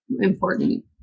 important